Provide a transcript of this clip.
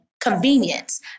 convenience